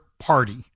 party